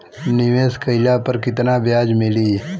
निवेश काइला पर कितना ब्याज मिली?